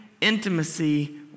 intimacy